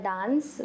Dance